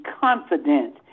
confident